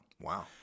Wow